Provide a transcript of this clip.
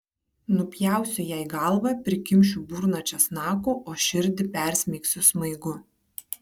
nupjausiu jai galvą prikimšiu burną česnakų o širdį persmeigsiu smaigu